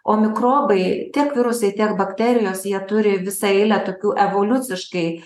o mikrobai tiek virusai tiek bakterijos jie turi visą eilę tokių evoliuciškai